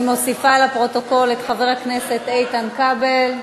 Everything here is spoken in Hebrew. אני מוסיפה לפרוטוקול את חבר הכנסת איתן כבל.